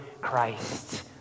Christ